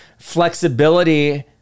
flexibility